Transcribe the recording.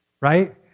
right